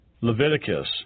Leviticus